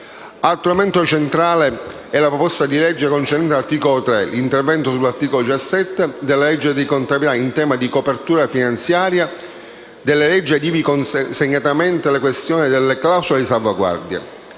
Altro elemento centrale della proposta di legge concerne, all'articolo 3, l'intervento sull'articolo 17 della legge di contabilità in tema di copertura finanziaria delle leggi ed ivi, segnatamente, la questione delle clausole di salvaguardia.